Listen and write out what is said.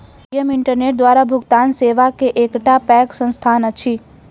Paytm internet द्वारा भुगतान सेवा के एकटा पैघ संस्थान अछि